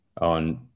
on